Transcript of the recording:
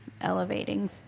elevating